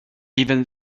even